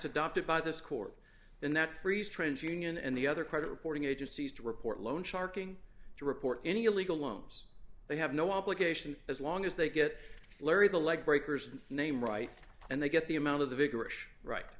adopted by this court and that frees trans union and the other credit reporting agencies to report loan sharking to report any illegal loans they have no obligation as long as they get larry the leg breakers the name right and they get the amount of the vigorish right